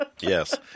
Yes